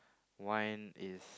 wine is